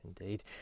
Indeed